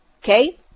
Okay